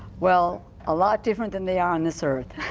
well a lot different than they are on this earth.